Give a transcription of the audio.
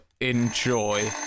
enjoy